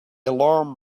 alarm